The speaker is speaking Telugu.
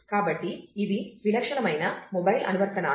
కాబట్టి ఇవి విలక్షణమైన మొబైల్ అనువర్తనాలు